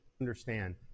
understand